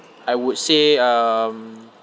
I would say um